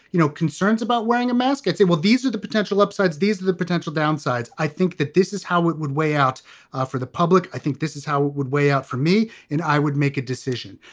you know, concerns about wearing a mask, i'd say, well, these are the potential upsides. these are the potential downsides. i think that this is how it would weigh out ah for the public. i think this is how it would weigh out for me. and i would make a decision.